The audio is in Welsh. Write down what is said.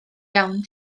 iawn